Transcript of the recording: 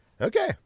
Okay